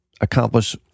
accomplish